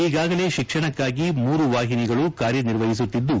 ಈಗಾಗಲೇ ಶಿಕ್ಷಣಕ್ಕಾಗಿ ಮೂರು ವಾಹಿನಿಗಳು ಕಾರ್ಯನಿರ್ವಹಿಸುತ್ತಿದ್ದು